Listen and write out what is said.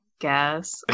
guess